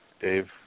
Dave